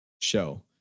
show